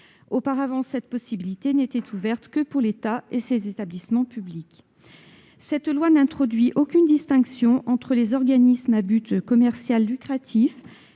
Auparavant, cette possibilité n'était ouverte qu'à l'État et à ses établissements publics. Cette loi n'introduit aucune distinction entre les organismes à but commercial lucratif